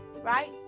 Right